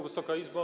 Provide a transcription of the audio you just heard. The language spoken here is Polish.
Wysoka Izbo!